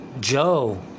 Joe